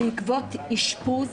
בעקבות אשפוז